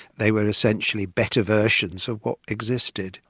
they were essentially better versions of what existed.